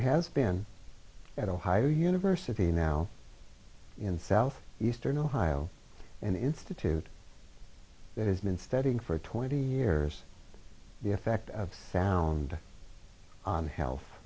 has been at ohio university now in south eastern ohio an institute that has been studying for twenty years the effect of sound on health